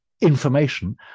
information